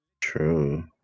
True